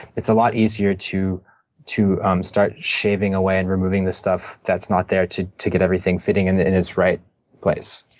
it's a lot easier to to start shaving away and removing the stuff that's not there to to get everything fitting and in its right place.